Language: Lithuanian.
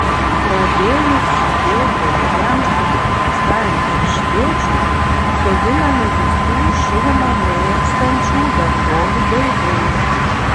pradėjus žydėti rugiams ir paprastajam erškėčiui sodinami visų šilumą mėgstančių daržovių daigai